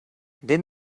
then